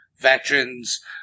veterans